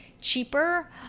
cheaper